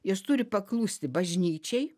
jos turi paklusti bažnyčiai